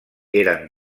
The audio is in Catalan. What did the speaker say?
eren